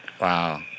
Wow